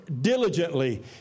diligently